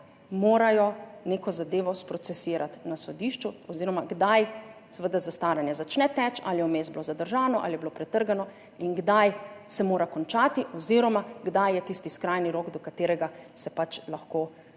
morajo neko zadevo sprocesirati na sodišču oziroma kdaj zastaranje začne teči, ali je vmes bilo zadržano ali je bilo pretrgano in kdaj se mora končati oziroma kdaj je tisti skrajni rok, do katerega se pač lahko